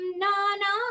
nana